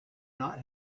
not